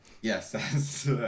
yes